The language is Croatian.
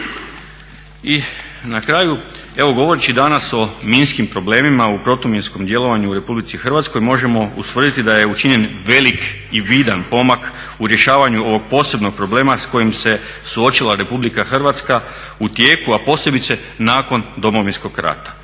I na kraju, evo govoreći danas o minskim problemima, o protuminskom djelovanju u RH možemo ustvrditi da je učinjen velik i vidan pomak u rješavanju ovog posebnog problema s kojim se suočila Republika Hrvatska u tijeku, a posebice nakon Domovinskog rata.